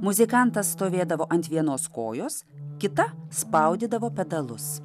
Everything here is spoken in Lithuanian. muzikantas stovėdavo ant vienos kojos kita spaudydavo pedalus